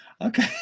Okay